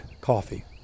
coffee